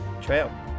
trail